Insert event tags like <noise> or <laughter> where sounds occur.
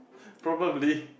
<breath> probably